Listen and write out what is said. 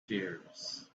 tears